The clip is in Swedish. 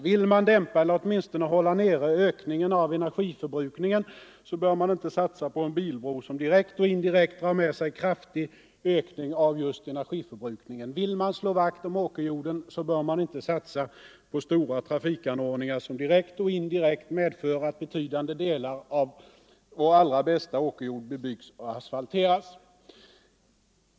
Vill man dämpa eller åtminstone hålla nere ökningen av energiförbrukningen så bör man inte satsa på en bilbro som direkt och indirekt drar med sig en kraftig ökning av just energiförbrukningen. Vill man slå vakt om åkerjorden så bör man inte satsa på stora trafikanordningar som direkt och indirekt medför att betydande delar av vår allra bästa åkerjord bebyggs och asfalteras.